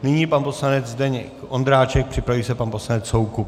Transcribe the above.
Nyní pan poslanec Zdeněk Ondráček, připraví se pan poslanec Soukup.